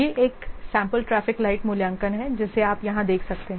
यह एक sample traffic light मूल्यांकन है जिसे आप यहां देख सकते हैं